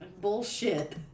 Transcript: Bullshit